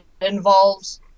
involves